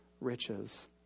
riches